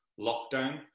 lockdown